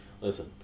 listen